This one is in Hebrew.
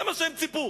זה מה שהם ציפו,